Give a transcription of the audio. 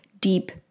deep